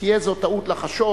תהיה זו טעות לחשוב